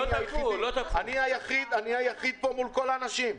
אני היחיד פה מול כל האנשים.